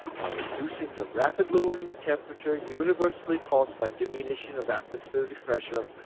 by adducing the rapid lowering of temperature universally caused by diminution of atmospheric pressure,